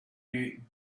din